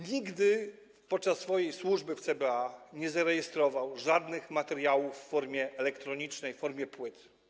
Nigdy podczas swojej służby w CBA nie zarejestrował żadnych materiałów w formie elektronicznej, w formie płyt.